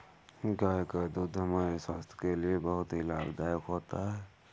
गाय का दूध हमारे स्वास्थ्य के लिए बहुत ही लाभदायक होता है